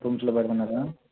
రూమ్స్లో పెడతన్నారా